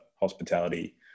hospitality